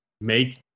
make